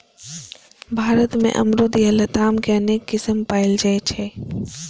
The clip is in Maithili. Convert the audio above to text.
भारत मे अमरूद या लताम के अनेक किस्म पाएल जाइ छै